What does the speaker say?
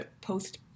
post